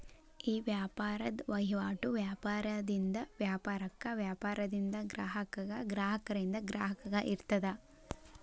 ಈ ವ್ಯಾಪಾರದ್ ವಹಿವಾಟು ವ್ಯಾಪಾರದಿಂದ ವ್ಯಾಪಾರಕ್ಕ, ವ್ಯಾಪಾರದಿಂದ ಗ್ರಾಹಕಗ, ಗ್ರಾಹಕರಿಂದ ಗ್ರಾಹಕಗ ಇರ್ತದ